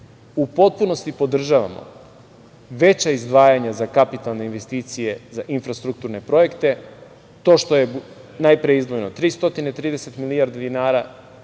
potpunosti podržavamo veća izdvajanja za kapitalne investicije za infrastrukturne projekte. To što je najpre izdvojeno 330 milijardi dinara,